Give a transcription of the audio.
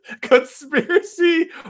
Conspiracy